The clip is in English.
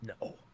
No